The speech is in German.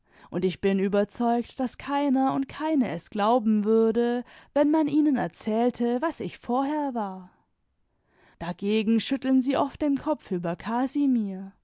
und ich bin überzeugt daß keiner und keine es glauben würde wenn man ihnen erzählte was ich vorher war dagegen schütteln sie oft den kopf über casimir